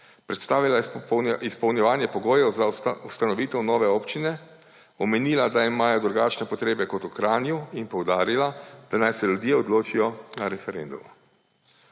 predstavila izpolnjevanje pogojev za ustanovitev nove občine, omenila, da imajo drugačne potrebe kot v Kranju, in poudarila, da naj se ljudje odločijo na referendumu.